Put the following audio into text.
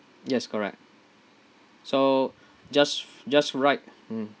yes correct so just just right mm